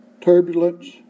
turbulence